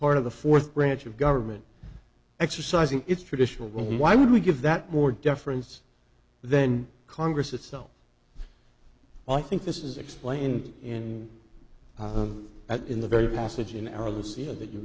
part of the fourth branch of government exercising its traditional well why would we give that more deference then congress itself i think this is explained in the at in the very passage in our lives here that you